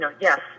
yes